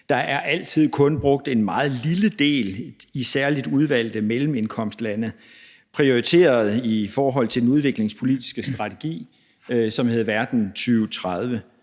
Der er altid kun brugt en meget lille del i særlig udvalgte mellemindkomstlande prioriteret i forhold til den udviklingspolitiske strategi, som hedder »Verden 2030«,